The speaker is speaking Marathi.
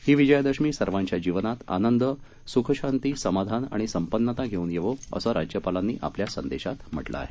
ही विजयादशमी सर्वांच्या जीवनात आनंद सुखशांती समाधान व संपन्नता घेवून येवो असं राज्यपालांनी आपल्या संदेशात म्हटले आहे